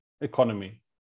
economy